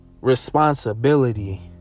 responsibility